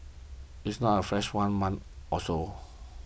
it is not a flash of one month or so